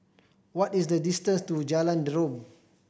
what is the distance to Jalan Derum